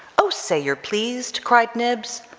oh say you're pleased, cried nibs.